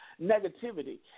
negativity